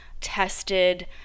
tested